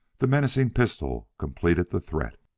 the menacing pistol completed the threat.